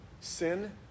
sin